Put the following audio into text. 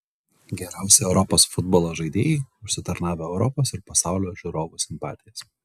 geriausi europos futbolo žaidėjai užsitarnavę europos ir pasaulio žiūrovų simpatijas